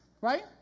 right